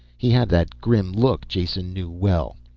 he had that grim look jason knew well.